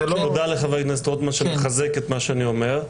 תודה לחבר הכנסת רוטמן שמחזק את מה שאני אומר,